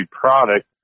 product